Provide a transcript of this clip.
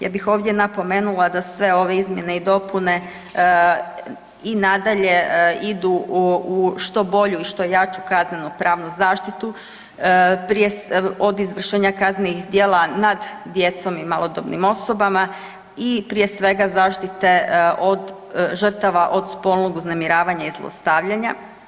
Ja bih ovdje napomenula da sve ove izmjene i dopune i nadalje idu u što bolju i što jaču kaznenopravnu zaštitu, prije, od izvršenja kaznenih djela nad djecom i malodobnim osobama i prije svega, zaštite od žrtava od spolnog uznemiravanja i zlostavljanja.